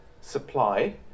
supply